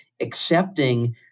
accepting